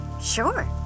sure